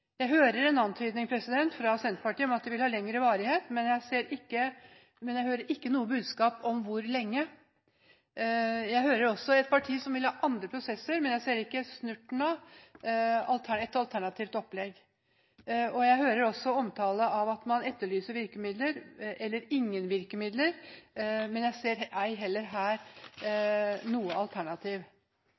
Jeg hører en antydning fra Senterpartiet om at de vil ha lengre varighet, men jeg hører ikke noe budskap om hvor lenge. Jeg hører et parti som vil ha andre prosesser, men jeg ser ikke snurten av et alternativt opplegg. Jeg hører også omtale av at man etterlyser virkemidler – eller ingen virkemidler – men jeg ser ei heller her noe alternativ.